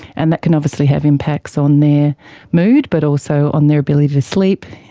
and that can obviously have impacts on their mood but also on their ability to sleep,